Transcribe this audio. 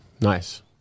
Nice